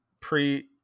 pre